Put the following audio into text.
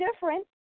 different